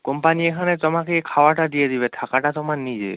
company এখানে তোমাকে খাওয়াটা দিয়ে দেবে থাকাটা তোমার নিজের